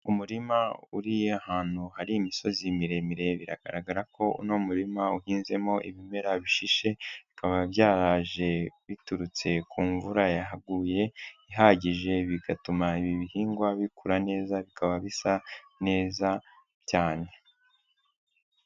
Umurima uri ahantu hari imisozi miremire biragaragara ko uno murima uhinzemo ibimera bishishe, bikaba byaraje biturutse kumvura yaguye ihagije bigatuma ibi bihingwa bikura bikaba bisa neza cyane.